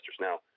Now